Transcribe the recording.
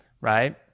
right